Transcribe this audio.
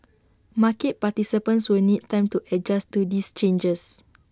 market participants will need time to adjust to these changes